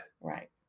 Right